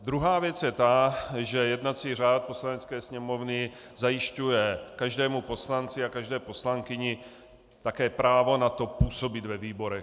Druhá věc je ta, že jednací řád Poslanecké sněmovny zajišťuje každému poslanci a každé poslankyni také právo na to působit ve výborech.